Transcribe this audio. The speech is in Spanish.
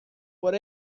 por